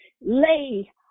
lay